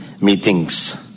meetings